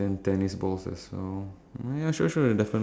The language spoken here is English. you want to mix it up or go by colour order